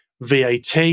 VAT